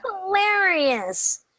hilarious